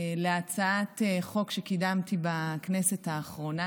להצעת חוק שקידמתי בכנסת האחרונה.